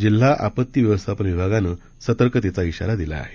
जिल्हा आपत्ती व्यवस्थापन विभागानं सतर्कतेचा इशारा दिला आहे